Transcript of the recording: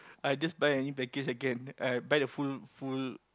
I just buy any package I can I I buy the full full